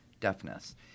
deafness